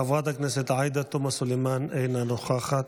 חברת הכנסת עאידה תומא סלימאן, אינה נוכחת,